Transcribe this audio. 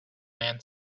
man